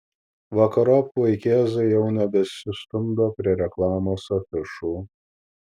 vakarop vaikėzai jau nebesistumdo prie reklamos afišų